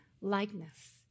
likeness